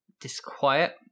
disquiet